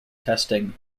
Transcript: testing